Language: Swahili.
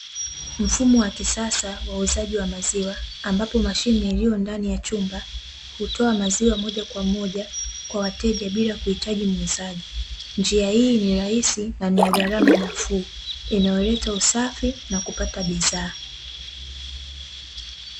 Mfumo wa kisasa wa uuzaji wa maziwa, ambapo mashine iliyondani ya chumba hutoa maziwa moja kwa moja kwa wateja bila kuhitaji muuzaji. Njia hii ni rahisi na ni ya gharama nafuu inayoleta usafi na kupata bidhaa.